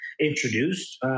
introduced